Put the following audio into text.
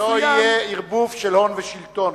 שלא יהיה ערבוב של הון ושלטון,